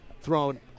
thrown